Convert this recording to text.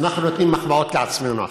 אנחנו נותנים מחמאות לעצמנו עכשיו,